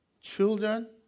Children